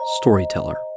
storyteller